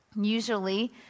Usually